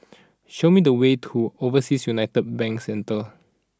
show me the way to Overseas United Bank Centre